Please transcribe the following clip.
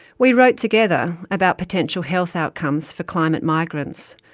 we wrote together about potential health outcomes for climate migrants,